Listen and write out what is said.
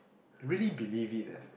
really believe it leh